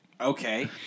Okay